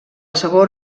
sabor